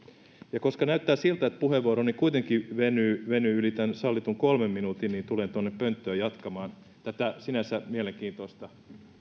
koska näyttää siltä että puheenvuoroni kuitenkin venyy venyy yli sallitun kolmen minuutin tulen pönttöön jatkamaan tätä sinänsä mielenkiintoista debattia